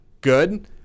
good